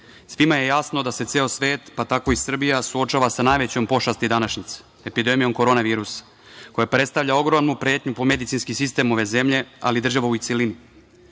svima je jasno da se ceo svet, pa tako i Srbija suočava sa najvećom pošasti današnjice, epidemijom korona virusa, koja predstavlja ogromnu pretnju po medicinski sistem ove zemlje, ali i države u celini. Koliko